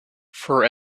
for